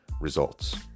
results